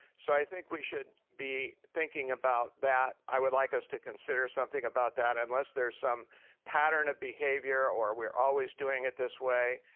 so i think we should be thinking about that. i would like us to consider something about that unless there's some pattern of behavior or we're always doing it this way,